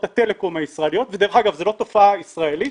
תקציב בצורה שהיא לא תקינה והיא לא מושלמת והיא מזיקה.